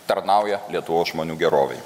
tarnauja lietuvos žmonių gerovei